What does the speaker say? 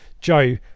Joe